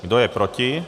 Kdo je proti?